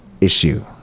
issue